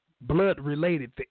blood-related